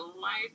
life